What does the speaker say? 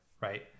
right